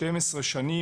12 שנים.